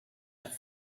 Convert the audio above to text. have